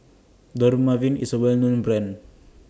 Dermaveen IS A Well known Brand